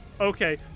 Okay